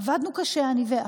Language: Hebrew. עבדנו קשה, אני ואת.